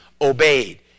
obeyed